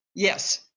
Yes